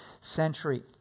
century